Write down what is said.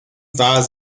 war